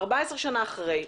14 שנה אחרי,